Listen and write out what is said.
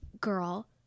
girl